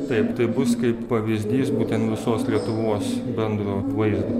taip tai bus kaip pavyzdys būtent visos lietuvos bendro vaizdo